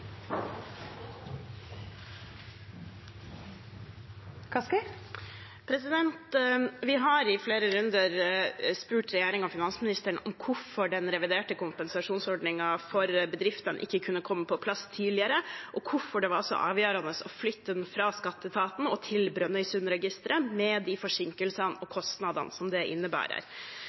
Vi har i flere runder spurt regjeringen og finansministeren om hvorfor den reviderte kompensasjonsordningen for bedriftene ikke kunne komme på plass tidligere, og hvorfor det var så avgjørende å flytte den fra skatteetaten til Brønnøysundregistrene, med de forsinkelsene og kostnadene det innebærer.